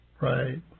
Right